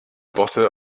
bosse